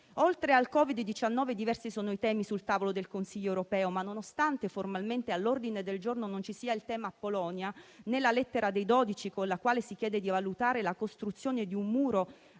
Oltre al Covid-19, diversi sono i temi sul tavolo del Consiglio europeo ma, nonostante formalmente all'ordine del giorno non ci sia il tema Polonia, vista la lettera dei dodici Paesi con la quale si chiede di valutare la costruzione di un muro